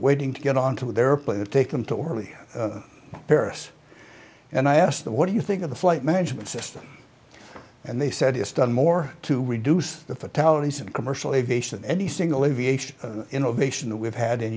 waiting to get on to their play to take them to early paris and i asked the what do you think of the flight management system and they said it's done more to reduce the fatalities in commercial aviation any single aviation innovation that we've had in